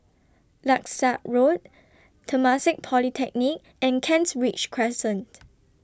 Langsat Road Temasek Polytechnic and Kent Ridge Crescent